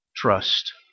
trust